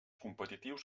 competitius